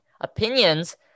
Opinions